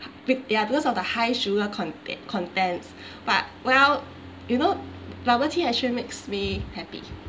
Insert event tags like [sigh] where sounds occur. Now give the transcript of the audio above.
with their because of the high sugar conte~ contents [breath] but well you know bubble tea actually makes me happy